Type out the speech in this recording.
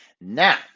Now